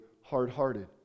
hard-hearted